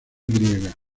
griega